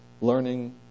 learning